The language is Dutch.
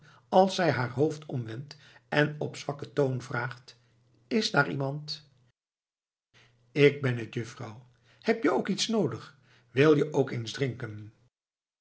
als zij haar hoofd omwendt en op zwakken toon vraagt is daar iemand ik ben het juffrouw heb je ook iets noodig wil je ook eens